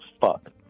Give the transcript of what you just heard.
fuck